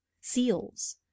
seals